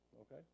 Okay